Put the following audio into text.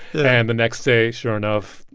and the next day, sure enough,